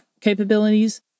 capabilities